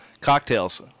cocktails